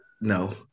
No